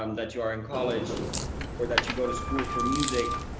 um that you are in college or that you go to school for music,